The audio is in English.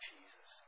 Jesus